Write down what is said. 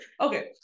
okay